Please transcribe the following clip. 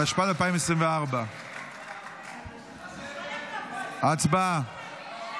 התשפ"ד 2024. הצבעה.